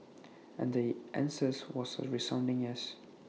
and the answers was A resounding yes